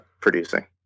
producing